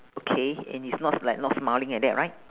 okay and it's not like not smiling like that right